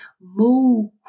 move